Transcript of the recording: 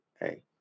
hey